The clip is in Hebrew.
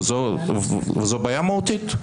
וזאת בעיה מהותית,